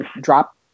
drop